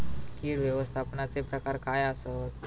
कीड व्यवस्थापनाचे प्रकार काय आसत?